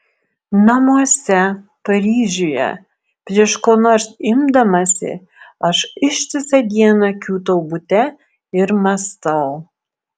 namuose paryžiuje prieš ko nors imdamasi aš ištisą dieną kiūtau bute ir mąstau